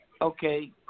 Okay